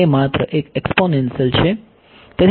તેથી તે માત્ર એક એક્સ્પોનેન્શીયલ છે